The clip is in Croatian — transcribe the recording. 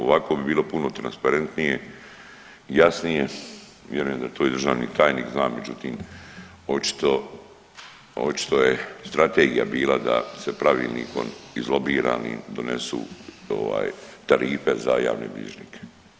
Ovako bi bilo puno transparentnije i jasnije, vjerujem da to i državni tajnik zna, međutim očito je strategija bila da se pravilnikom izlobiranim donesu tarife za javne bilježnike.